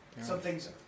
Something's